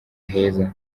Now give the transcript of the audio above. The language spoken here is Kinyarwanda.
heza